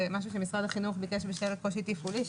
משהו שמשרד החינוך ביקש בשל קושי תפעולי.